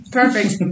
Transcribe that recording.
perfect